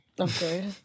Okay